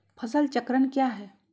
फसल चक्रण क्या है?